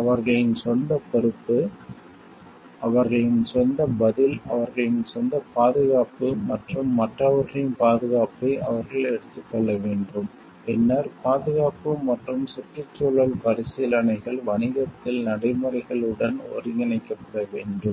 அவர்களின் சொந்த பொறுப்பு அவர்களின் சொந்த பதில் அவர்களின் சொந்த பாதுகாப்பு மற்றும் மற்றவர்களின் பாதுகாப்பை அவர்கள் எடுத்துக் கொள்ள வேண்டும் பின்னர் பாதுகாப்பு மற்றும் சுற்றுச்சூழல் பரிசீலனைகள் வணிகத்தில் நடைமுறைகள் உடன் ஒருங்கிணைக்கப்பட வேண்டும்